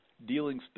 dealing